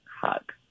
hug